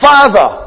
Father